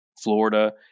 Florida